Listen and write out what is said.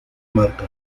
marca